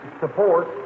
support